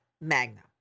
Magna